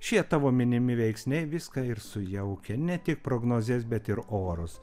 šie tavo minimi veiksniai viską ir sujaukia ne tik prognozes bet ir orus